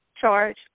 charge